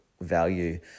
value